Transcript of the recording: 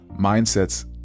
mindsets